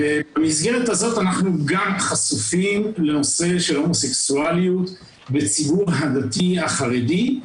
במסגרת הזאת אנחנו גם חשופים לנושא של הומוסקסואליות בציבור הדתי החרדי,